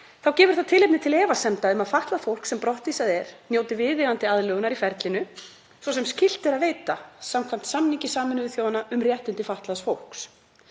Þá gefur það tilefni til efasemda um að fatlað fólk sem brottvísað er njóti viðeigandi aðlögunar í ferlinu, svo sem skylt er að veita samkvæmt samningi Sameinuðu þjóðanna um réttindi fatlaðs fólks.